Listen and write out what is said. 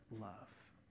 love